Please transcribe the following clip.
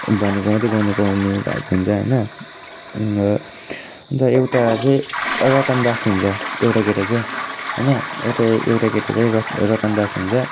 भनेको मात्रै गर्नु पाउने भएको हुन्छ होइन अन्त एउटा चाहिँ रटनदास हुन्छ एउटा केटा चाहिँ होइन एउटा केटा चाहिँ रटनदास हुन्छ